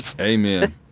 Amen